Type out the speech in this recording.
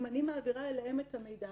אם אני מעבירה אליהם את המידע,